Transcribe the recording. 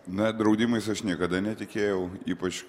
ne draudimais aš niekada netikėjau ypač